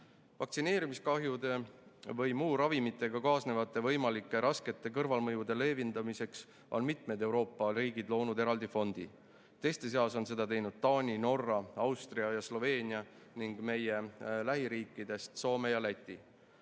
kahjusid. Vaktsineerimiskahjude või muude ravimitega kaasnevate võimalike raskete kõrvalmõjude leevendamiseks on mitmed Euroopa riigid loonud eraldi fondi. Teiste seas on seda teinud Taani, Norra, Austria ja Sloveenia ning meie lähiriikidest Soome ja Läti.